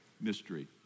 mystery